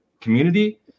community